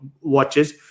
watches